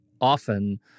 often